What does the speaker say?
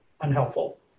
unhelpful